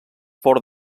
fort